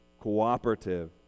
cooperative